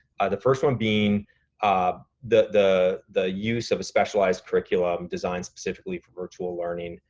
the first one being um the, the, the use of a specialized curriculum designed specifically for virtual learning.